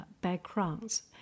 backgrounds